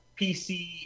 PC